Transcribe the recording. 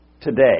today